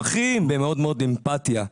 במאוד מאוד אמפתיה.